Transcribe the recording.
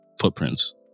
footprints